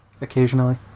Occasionally